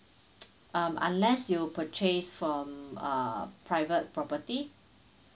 um unless you purchase from uh private property